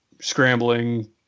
scrambling